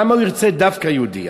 למה הוא ירצה דווקא יהודייה?